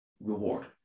reward